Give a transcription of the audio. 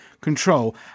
control